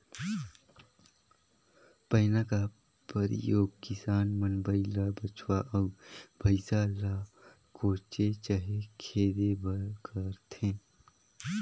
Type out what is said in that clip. पैना का परियोग किसान मन बइला, बछवा, अउ भइसा ल कोचे चहे खेदे बर करथे